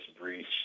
breach